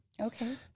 Okay